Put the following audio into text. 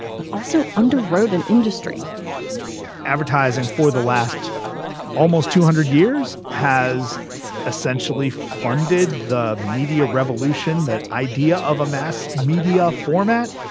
but also underwrote an industry advertising for the last almost two hundred years has essentially funded the media revolution. that idea of a mass media format,